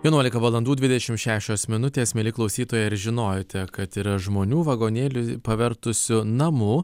vienuolika valandų dvidešimt šešios minutės mieli klausytojai ar žinojote kad yra žmonių vagonėlį pavertusių namu